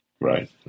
Right